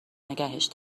نگهش